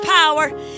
power